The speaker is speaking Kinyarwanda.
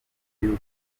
y’uko